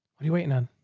are you waiting on?